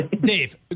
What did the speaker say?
Dave